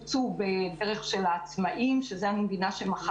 למעשה אנחנו היום נמצאים במצב